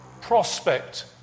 prospect